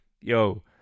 Yo